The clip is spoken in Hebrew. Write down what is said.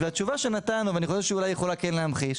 והתשובה שנתנו ואני חושב שהיא יכולה אולי כן להמחיש,